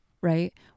right